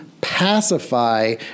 pacify